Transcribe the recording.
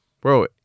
Bro